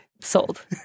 Sold